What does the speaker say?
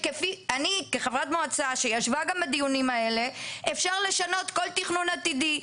שאני כחברת מועצה שישיבה בדיונים האלה אפשר לשנות כל תכנון עתידי.